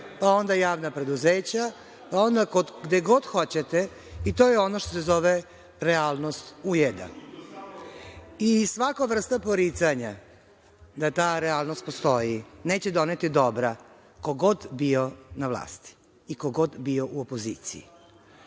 pa onda javna preduzeća, pa onda gde god hoćete, i to je ono što se zove realnost ujeda. Svaka vrsta poricanja da ta realnost postoji neće doneti dobra, ko god bio na vlasti i ko god bio u opoziciji.